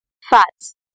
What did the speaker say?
Fats